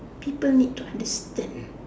people need to understand